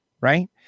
Right